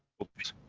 for peace.